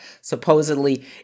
supposedly